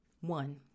one